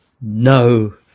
no